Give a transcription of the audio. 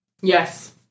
Yes